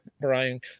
Brian